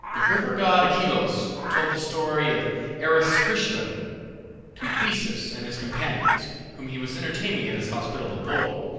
the river-god achelous told the story of erisichthon to theseus and his companions, whom he was entertaining at his hospitable board,